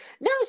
No